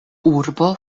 urbo